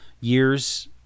years